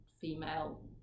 female